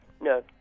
No